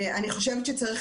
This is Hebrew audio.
אני חושבת שכן צריך